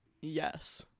Yes